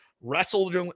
wrestled